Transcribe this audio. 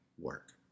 work